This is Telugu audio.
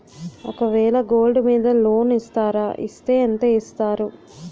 ఒక వేల గోల్డ్ మీద లోన్ ఇస్తారా? ఇస్తే ఎంత ఇస్తారు?